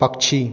पक्षी